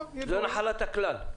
הם נחלת הכלל.